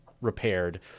repaired